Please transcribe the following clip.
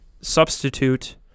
substitute